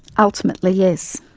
ultimately, yes,